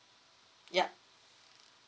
yup